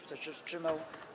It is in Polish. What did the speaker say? Kto się wstrzymał?